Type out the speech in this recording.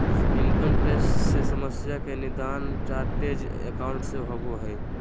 income tax से समस्या के निदान चार्टेड एकाउंट से होबो हइ